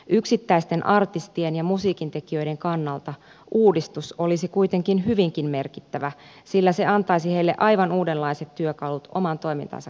yksittäisten artistien ja musiikintekijöiden kannalta uudistus olisi kuitenkin hyvinkin merkittävä sillä se antaisi heille aivan uudenlaiset työkalut oman toimintansa kehittämiseen